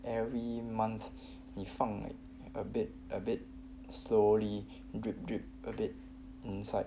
every month 你放 a bit a bit slowly drip drip a bit inside